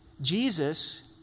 Jesus